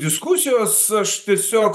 diskusijos aš tiesiog